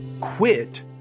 quit